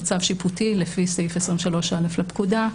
בצו שיפוטי לפי סעיף 23(א) לפקודה,